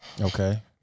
Okay